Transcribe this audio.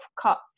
cut